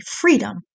Freedom